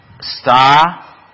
Star